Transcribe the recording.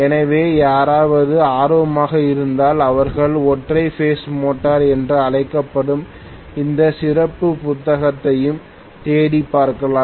எனவே யாராவது ஆர்வமாக இருந்தால் அவர்கள் ஒற்றை பேஸ் மோட்டார் என்று அழைக்கப்படும் எந்த சிறப்பு புத்தகத்தையும் தேடி படிக்கலாம்